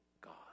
God